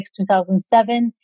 2007